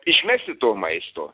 išmesi to maisto